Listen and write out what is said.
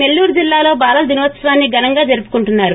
నెల్లూరు జిల్లాలో బాలల దినోత్సవాన్ని ఘనంగా జరుపుకోంటున్నారు